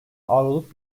avroluk